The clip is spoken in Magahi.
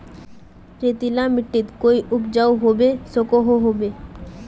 रेतीला माटित कोई उपजाऊ होबे सकोहो होबे?